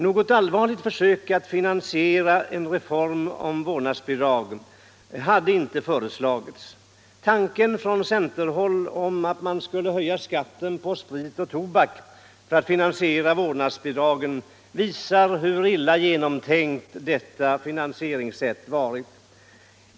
Något allvarligt förslag till finansiering av reformen finns inte. Tanken från centerhåll att den skall finansieras genom höjda skatter på sprit och tobak visar hur illa genomtänkt förslaget är.